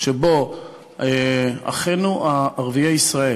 שבו אחינו ערביי ישראל,